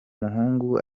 muhungu